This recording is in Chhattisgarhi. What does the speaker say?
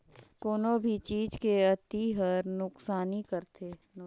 कोनो भी चीज के अती हर नुकसानी करथे